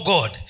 God